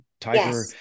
tiger